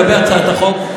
לגבי הצעת החוק,